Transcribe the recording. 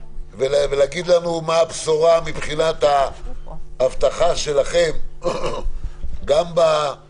להגיד לנו מה הבשורה מבחינת ההבטחה שלכם גם בישיבה